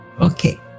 Okay